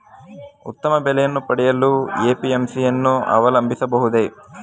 ಉತ್ತಮ ಬೆಲೆಯನ್ನು ಪಡೆಯಲು ಎ.ಪಿ.ಎಂ.ಸಿ ಯನ್ನು ಅವಲಂಬಿಸಬಹುದೇ?